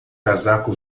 casaco